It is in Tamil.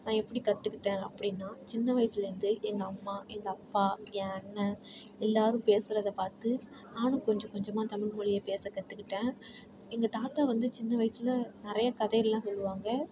நான் எப்படி கற்றுக்கிட்டேன் அப்படின்னா சின்னா வயதிலேர்ந்தே எங்கள் அம்மா எங்கள் அப்பா என் அண்ண எல்லோரும் பேசுறதை பார்த்து நானும் கொஞ்சம் கொஞ்சமாக தமிழ் மொழியை பேச கற்றுக்கிட்டேன் எங்கள் தாத்தா வந்து சின்ன வயசில் நிறைய கதையெல்லாம் சொல்வாங்க